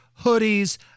hoodies